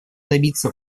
добиться